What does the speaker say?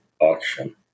auction